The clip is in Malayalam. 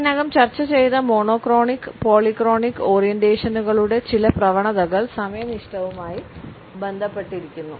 ഇതിനകം ചർച്ച ചെയ്ത മോണോക്രോണിക് പോളിക്രോണിക് ഓറിയന്റേഷനുകളുടെ ചില പ്രവണതകൾ സമയനിഷ്ഠയുമായി ബന്ധപ്പെട്ടിരിക്കുന്നു